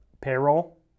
payroll